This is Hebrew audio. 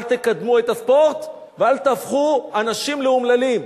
אל תקדמו את הספורט ואל תהפכו אנשים לאומללים.